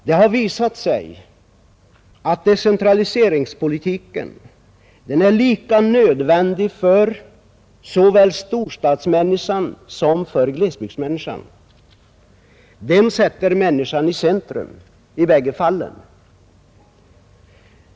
Det har visat sig att decentraliseringspolitiken är lika nödvändig för storstadsmänniskan som för glesbyggdsmänniskan; den sätter människan i centrum i bägge fallen.